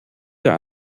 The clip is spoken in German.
der